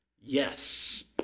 yes